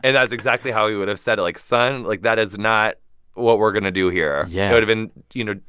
and that's exactly how he would have said it. like, son, like, that is not what we're going to do here. yeah it would've been, you know,